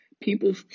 people